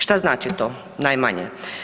Šta znači to najmanje?